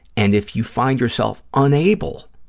and if you find yourself unable